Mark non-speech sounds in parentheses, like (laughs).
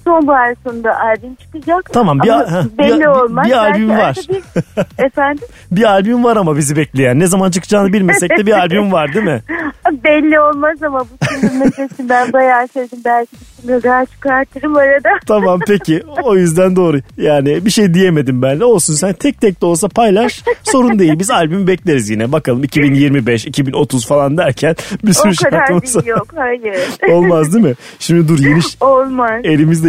Son bu ay sonunda albüm çıkacak. Tamam, bir Ama al- ha, bir- belli bir- olmaz. bir Belki albüm arada var. bir- (laughs) Efendim? Bir albüm var ama bizi bekleyen. Ne zaman çıkacağını bilmesek de bir albüm var, değil mi? (laughs) Belli olmaz ama bu sinir (laughs) nefesi ben bayağı sevdim. Belki bir sinirden çıkartırım arada. Tamam, peki. O yüzden doğru. Yani bir şey diyemedim ben de. Olsun sen tek tek de olsa paylaş. Sorun değil. Biz albümü bekleriz yine. Bakalım 2025, 2030 falan derken (laughs) bir sürü O şarkı (laughs) şarkımız- yok, hayır. Olmaz değil mi? Şimdi dur yeni ş- Olmaz. elimizde-